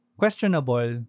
questionable